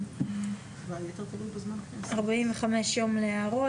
זה כבר יותר מארבעה חודשים,